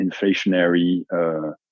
inflationary